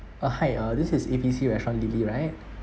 uh hi uh this is A B C restaurant lily right